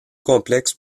complexes